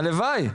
הלוואי.